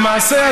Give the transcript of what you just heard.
למעשה,